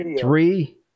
three